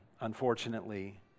unfortunately